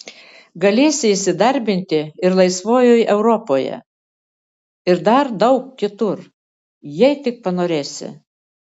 galėsi įsidarbinti ir laisvojoj europoje ir dar daug kur kitur jei tik panorėsi